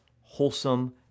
wholesome